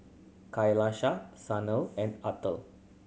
Kailash Sanal and Atal